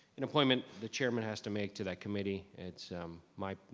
an appointment the chairman has to make to that committee. it's my,